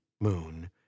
moon